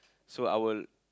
so I would